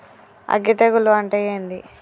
అగ్గి తెగులు అంటే ఏంది?